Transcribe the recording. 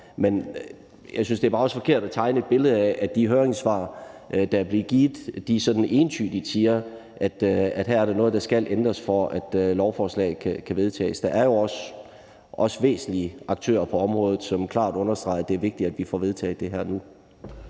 Men jeg synes bare også, at det er forkert at tegne et billede af, at de høringssvar, der er blevet givet, entydigt siger, at her er der noget, der skal ændres, for at lovforslaget kan vedtages. Der er jo også væsentlige aktører på området, som klart understreger, at det er vigtigt, at vi får vedtaget det her nu.